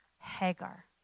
Hagar